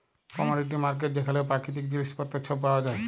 commodity market যেখালে পাকিতিক জিলিস পত্তর ছব পাউয়া যায়